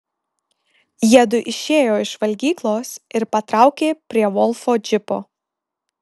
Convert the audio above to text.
jiedu išėjo iš valgyklos ir patraukė prie volfo džipo